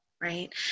right